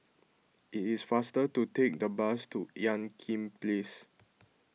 it is faster to take the bus to Ean Kiam Place